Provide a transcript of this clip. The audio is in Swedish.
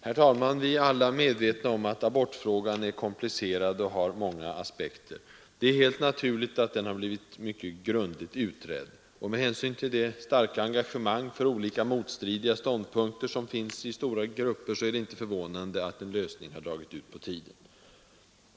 Herr talman! Vi är alla medvetna om att abortfrågan är komplicerad och har många aspekter. Det är helt naturligt att den har blivit mycket grundligt utredd. Med hänsyn till det starka engagemanget för olika motstridande ståndpunkter som finns i stora grupper, är det inte förvånande att lösningen har dragit ut på tiden.